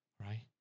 right